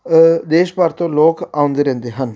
ਦੇਸ਼ ਭਰ ਤੋਂ ਲੋਕ ਆਉਂਦੇ ਰਹਿੰਦੇ ਹਨ